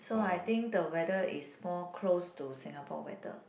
so I think the weather is more close to Singapore weather